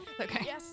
Okay